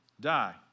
die